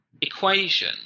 equation